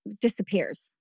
disappears